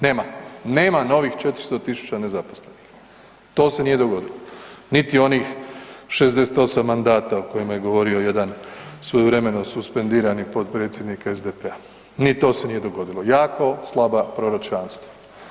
Nema, nema novih 400.000 nezaposlenih, to se nije dogodilo, niti onih 68 mandata o kojima je govorio jedan svojevremeno suspendirani potpredsjednik SDP-a, ni to se nije dogodilo, jako slaba proročanstva.